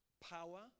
power